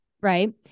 Right